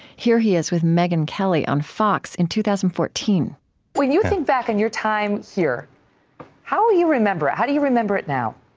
here he is with megyn kelly on fox in two thousand and fourteen when you think back on your time here how will you remember it, how do you remember it now?